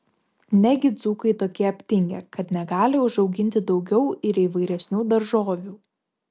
negi dzūkai tokie aptingę kad negali užauginti daugiau ir įvairesnių daržovių